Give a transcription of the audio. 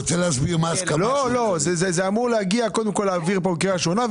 זה אמור לעבור קריאה ראשונה,